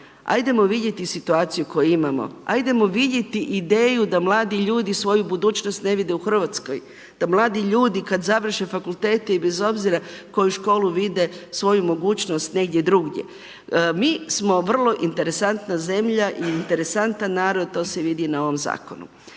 ajdemo vidjeti situaciju koju imamo, ajdemo vidjeti ideju da mladi ljudi svoju budućnost ne vide u Hrvatskoj, da mladi ljudi kad završe fakultete i bez obzira koju školu vide svoju mogućnost negdje drugdje. Mi smo vrlo interesantna zemlja i interesantan narod, to se vidi i na ovom zakonu.